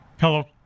Hello